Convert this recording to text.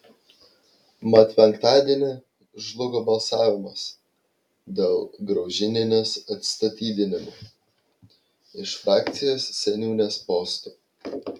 mat penktadienį žlugo balsavimas dėl graužinienės atstatydinimo iš frakcijos seniūnės posto